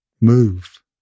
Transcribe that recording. move